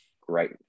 great